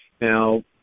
Now